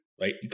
right